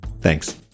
Thanks